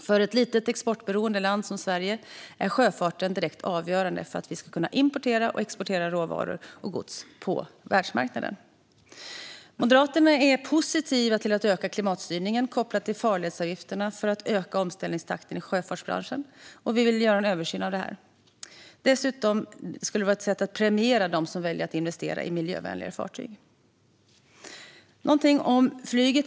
För ett litet, exportberoende land som Sverige är sjöfarten direkt avgörande för att vi ska kunna importera och exportera råvaror och gods på världsmarknaden. Moderaterna är positiva till att öka klimatstyrningen kopplat till farledsavgifterna för att öka omställningstakten i sjöfartsbranschen och vill göra en översyn av detta. Det skulle dessutom vara ett sätt att premiera dem som väljer att investera i miljövänligare fartyg. Jag vill också säga någonting om flyget.